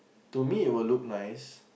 to me it will look nice